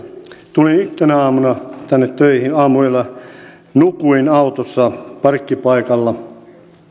tulin yhtenä aamuna tänne töihin aamuyöllä nukuin autossa parkkipaikalla